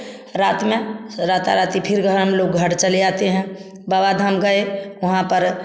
रात में राता राती फिर घर हम लोग घर चले आते हैं बाबा धाम गए फिर वहाँ पर